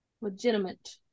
Legitimate